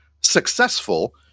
successful